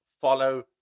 follow